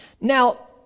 Now